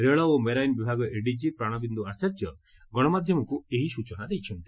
ରେଳ ଓ ମେରାଇନ୍ ବିଭାଗ ଏଡିକି ପ୍ରାଣବିନ୍ଦ୍ ଆଚାର୍ଯ୍ୟ ଗଣମାଧ୍ଧମକୁ ଏହି ସ୍ଚନା ଦେଇଛନ୍ତି